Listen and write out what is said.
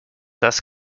das